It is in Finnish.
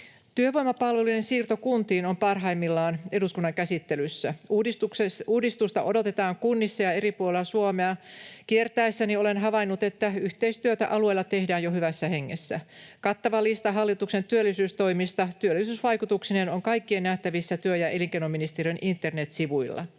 Työvoimapalvelujen siirto kuntiin on parhaillaan eduskunnan käsittelyssä. Uudistusta odotetaan kunnissa, ja eri puolilla Suomea kiertäessäni olen havainnut, että yhteistyötä alueilla tehdään jo hyvässä hengessä. Kattava lista hallituksen työllisyystoimista työllisyysvaikutuksineen on kaikkien nähtävissä työ‑ ja elinkeinoministeriön internetsivuilla.